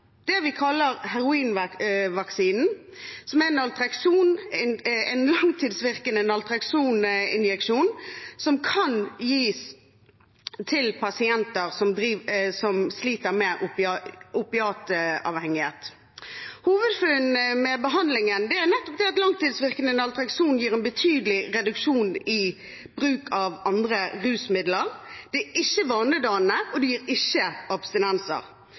det vi kaller heroinvaksinen, som er en langtidsvirkende naltreksoninjeksjon som kan gis til pasienter som sliter med opiatavhengighet. Hovedfunnene med behandlingen er at langtidsvirkende naltrekson gir en betydelig reduksjon i bruk av andre rusmidler. Det er ikke vanedannende, og det gir ikke abstinenser.